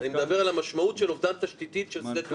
אני מדבר על המשמעות של אובדן תשתיתי של שדה תעופה.